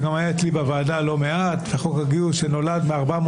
וגם היה אצלי בוועדה לא מעט חוק הגיוס שנולד מ-400